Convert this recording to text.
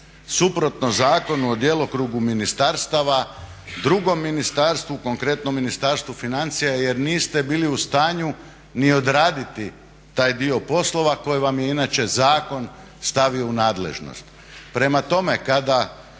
suprotno Zakonu o djelokrugu ministarstava drugom ministarstvu, konkretno Ministarstvu financija jer niste bili u stanju ni odraditi taj dio poslova koji vam je inače zakon stavio u nadležnost. Prema tome, kada